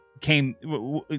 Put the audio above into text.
came